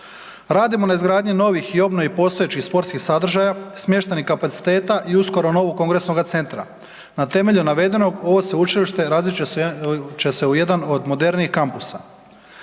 Radimo na izgradnji novih i obnovi postojećih sportskih sadržaja, smještajnih kapaciteta i uskoro novoga kongresnoga centra. Na temelju navedenog, ovo Sveučilište razvit će se u jedan od modernijih kampusa.